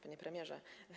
Panie Premierze!